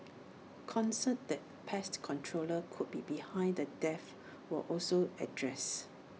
concerns that pest controllers could be behind the deaths were also addressed